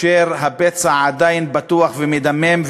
והפצע עדיין פתוח ומדמם.